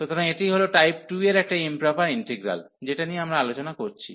সুতরাং এটি হল টাইপ 2 এর একটা ইম্প্রপার ইন্টিগ্রাল যেটা নিয়ে আমরা আলোচনা করছি